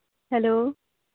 hello